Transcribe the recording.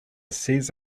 seize